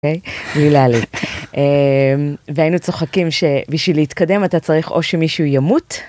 והיינו צוחקים שבשביל להתקדם אתה צריך או שמישהו ימות.